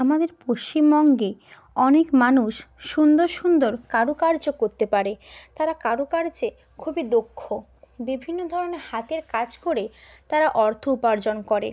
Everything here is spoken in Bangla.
আমাদের পশ্চিমবঙ্গে অনেক মানুষ সুন্দর সুন্দর কারুকার্য করতে পারে তারা কারুকার্যে খুবই দক্ষ বিভিন্ন ধরনের হাতের কাজ করে তারা অর্থ উপার্জন করে